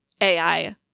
AI